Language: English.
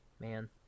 man